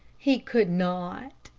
he could not.